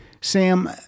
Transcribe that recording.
Sam